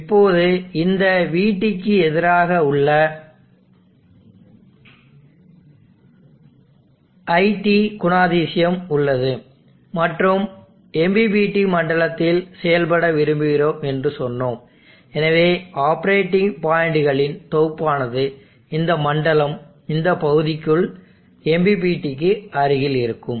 இப்போது இந்த vt க்கு எதிராக உள்ள it குணாதிசயம் உள்ளது மற்றும் MPPT மண்டலத்தில் செயல்பட விரும்புகிறோம் என்று சொன்னோம் எனவே ஆப்பரேட்டிங் பாயிண்டுகளின் தொகுப்பானது இந்த மண்டலம் இந்த பகுதிக்குள் MPPTக்கு அருகில் இருக்கும்